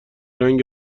رنگ